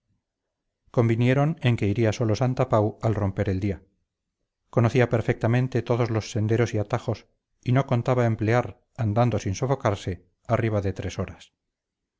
convinieron en que iría solo santapau al romper el día conocía perfectamente todos los senderos y atajos y no contaba emplear andando sin sofocarse arriba de tres horas